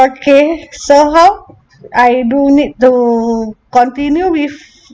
okay so how I do need to continue with